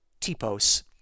typos